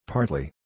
Partly